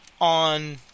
on